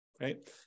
Right